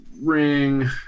ring